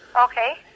Okay